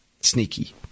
sneaky